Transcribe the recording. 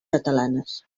catalanes